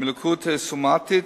מלקות סומטית.